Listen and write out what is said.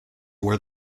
where